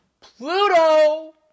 Pluto